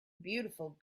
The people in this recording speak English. beautiful